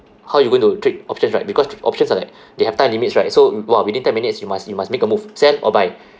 how you going to trade options right because tr~ options are like they have time limits right so !wah! within ten minutes you must you must make a move sell or buy